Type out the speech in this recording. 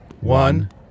One